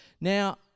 Now